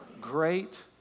great